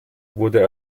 wurde